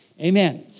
Amen